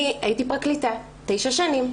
אני הייתי פרקליטה תשע שנים.